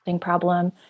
problem